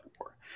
war